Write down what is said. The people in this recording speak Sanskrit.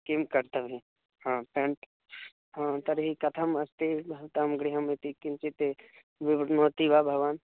किं कर्तव्यं हा प्याण्ट् तर्हि कथम् अस्ति भवतः गृहम् इति किञ्चित् विवृणोति वा भवान्